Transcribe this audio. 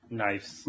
knives